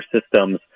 systems